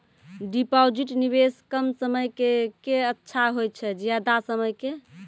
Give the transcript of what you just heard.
Deposit निवेश कम समय के के अच्छा होय छै ज्यादा समय के?